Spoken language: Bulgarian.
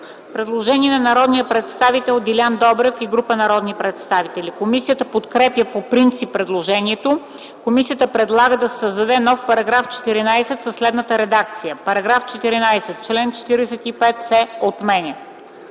Предложение на народния представител Делян Добрев и група народни представители. Комисията подкрепя по принцип предложението. Комисията предлага да се създаде нов § 15 със следната редакция: „§ 15. В чл. 48 се правят